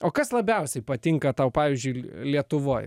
o kas labiausiai patinka tau pavyzdžiui lietuvoj